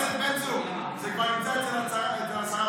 חבר הכנסת בן צור, זה כבר נמצא אצל השרה בטלפון.